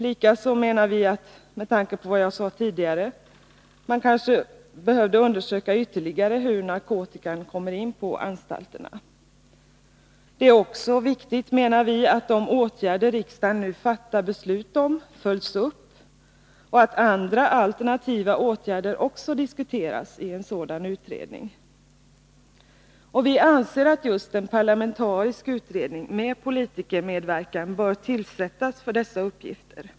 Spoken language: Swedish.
Vi menar också att man kanske behövde undersöka ytterligare hur narkotikan kommer in på anstalterna. Det är också viktigt, menar vi, att de åtgärder som riksdagen fattar beslut om följs upp och att andra alternativa åtgärder också diskuteras. Och vi anser att just en parlamentarisk utredning bör tillsättas för dessa uppgifter.